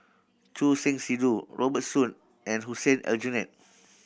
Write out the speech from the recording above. Choor Singh Sidhu Robert Soon and Hussein Aljunied